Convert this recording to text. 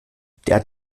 der